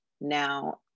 now